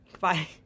Bye